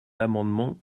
l’amendement